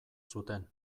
zuten